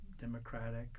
democratic